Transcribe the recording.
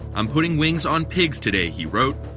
i'm putting wings on pigs today, he wrote.